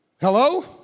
Hello